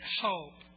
hope